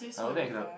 I don't think I cannot